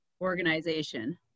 organization